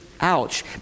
Ouch